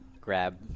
grab